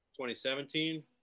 2017